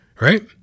right